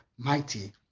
mighty